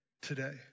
today